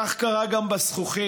כך קרה גם בזכוכית.